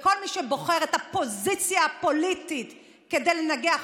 כל מי שבוחר את הפוזיציה הפוליטית כדי לנגח